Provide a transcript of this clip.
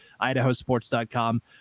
idahosports.com